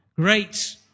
great